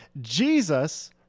Jesus